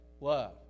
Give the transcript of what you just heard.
love